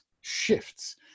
shifts